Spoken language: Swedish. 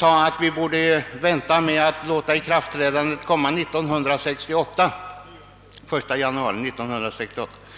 att vi skall vänta med ikraftträdandet till den 1 januari 1968.